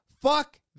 fuck